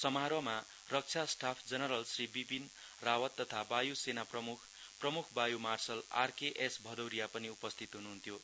समारोहमा रक्षा staff general Shri Vipin Rawat तथा वायु सेना प्रमुख प्रमुख वायु मार्सल आरकेएस भदौरीया पनि उपस्थित हुनुहुन्थ्यो